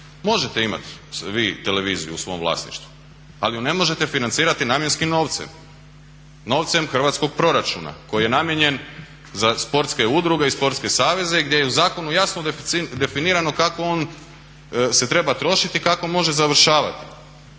Možete imati vi televiziju u svom vlasništvu, ali je ne možete financirati namjenskim novcem, novcem hrvatskog proračuna koji je namijenjen za sportske udruge i sportske saveze i gdje je u zakonu jasno definirano kako on se treba trošiti, kako može završavati.